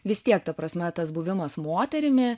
vis tiek ta prasme tas buvimas moterimi